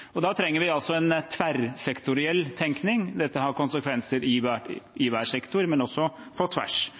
og å overhøste. Da trenger vi altså en tverrsektoriell tenkning. Dette har konsekvenser for hver sektor, men også på tvers.